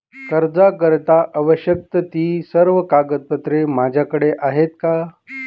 कर्जाकरीता आवश्यक ति सर्व कागदपत्रे माझ्याकडे आहेत का?